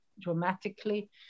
dramatically